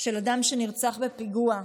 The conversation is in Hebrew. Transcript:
של אדם שנרצח בפיגוע,